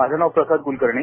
माझं नाव प्रसाद कूलकर्णी